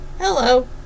hello